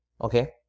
Okay